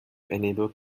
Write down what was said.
enable